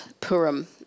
Purim